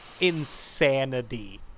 insanity